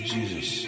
Jesus